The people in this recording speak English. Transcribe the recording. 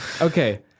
okay